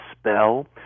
spell